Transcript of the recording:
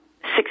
six